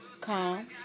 Calm